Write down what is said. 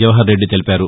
జవహర్రెడ్డి తెలిపారు